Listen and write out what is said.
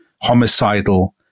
homicidal